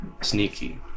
Sneaky